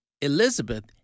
Elizabeth